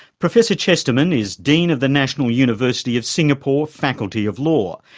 professor chesterman is dean of the national university of singapore faculty of law,